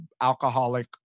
alcoholic